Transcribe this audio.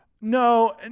No